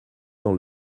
dans